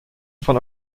von